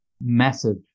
massive